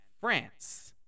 France